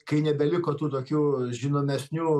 kai nebeliko tų tokių žinomesnių